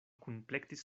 kunplektis